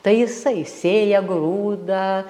tai jisai sėja grūdą